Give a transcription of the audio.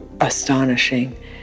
astonishing